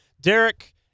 Derek